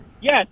Yes